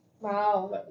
Wow